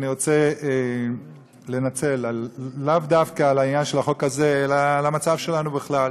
אני רוצה לנצל לאו דווקא לעניין של החוק הזה אלא למצב שלנו בכלל.